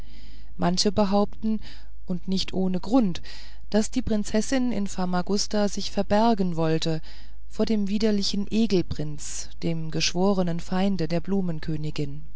manche behaupten und nicht ohne grund daß die prinzessin in famagusta sich verbergen sollte vor dem widerlichen egelprinzen dem geschwornen feinde der